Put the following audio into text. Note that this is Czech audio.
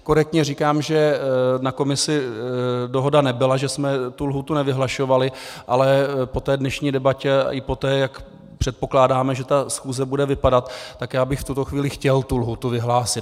Korektně říkám, že na komisi dohoda nebyla, že jsme tu lhůtu nevyhlašovali, ale po té dnešní debatě a i po tom, jak předpokládáme, že ta schůze bude vypadat, tak bych v tuto chvíli chtěl tuto lhůtu vyhlásit.